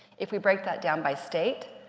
if we break that down by state,